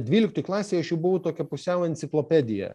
dvyliktoj klasėj aš jau buvau tokia pusiau enciklopedija